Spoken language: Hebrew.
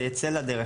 זה ייצא לדרך,